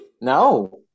No